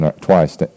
twice